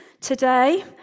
today